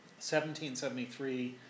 1773